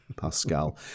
Pascal